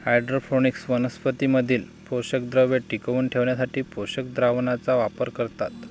hydroponics वनस्पतीं मधील पोषकद्रव्ये टिकवून ठेवण्यासाठी पोषक द्रावणाचा वापर करतात